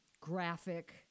graphic